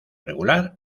regular